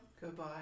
Goodbye